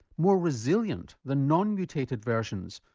more resilient than non-mutated versions,